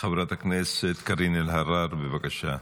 חברת הכנסת, קארין אלהרר, בבקשה.